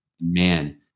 Man